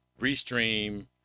Restream